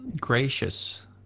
gracious